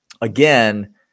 Again